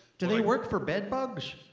do they work for bedbugs?